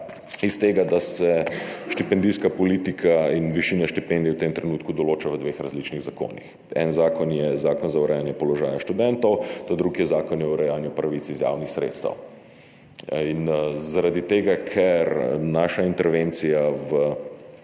iz tega, da se štipendijska politika in višina štipendij v tem trenutku določa v dveh različnih zakonih, en zakon je Zakon za urejanje položaja študentov, drug je Zakon o urejanju pravic iz javnih sredstev. In zaradi tega, ker naša intervencija v